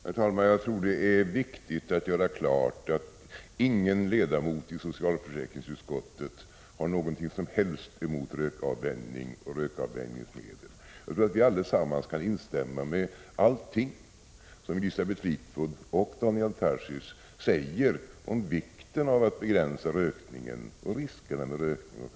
Herr talman! Jag tror det är viktigt att göra klart att ingen ledamot av socialförsäkringsutskottet har någonting som helst emot rökavvänjning och rökavvänjningsmedel. Säkert kan vi allesammans instämma i allting som Elisabeth Fleetwood och Daniel Tarschys säger om vikten av att begränsa rökningen och om riskerna med rökningen.